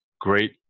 great